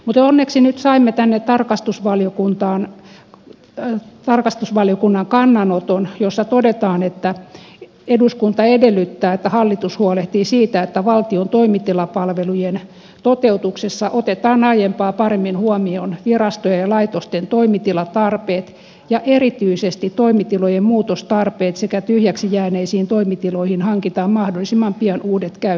mutta onneksi nyt saimme tänne tarkastusvaliokunnan kannanoton jossa todetaan että eduskunta edellyttää että hallitus huolehtii siitä että valtion toimitilapalvelujen toteutuksessa otetaan aiempaa paremmin huomioon virastojen ja laitosten toimitilatarpeet ja erityisesti toimitilojen muutostarpeet sekä tyhjäksi jääneisiin toimitiloihin hankitaan mahdollisimman pian uudet käyttäjät